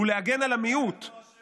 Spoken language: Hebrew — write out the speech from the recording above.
הוא להגן על המיעוט,